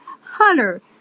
Hunter